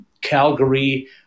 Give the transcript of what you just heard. Calgary